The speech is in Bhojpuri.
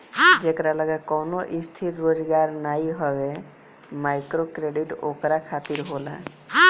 जेकरी लगे कवनो स्थिर रोजगार नाइ हवे माइक्रोक्रेडिट ओकरा खातिर होला